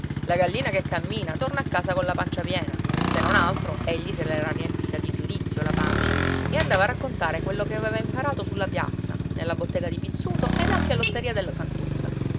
la gallina che cammina torna a casa colla pancia piena se non altro egli se l'era riempita di giudizio la pancia e andava a raccontare quello che aveva imparato sulla piazza nella bottega di pizzuto ed anche all'osteria della santuzza